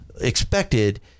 expected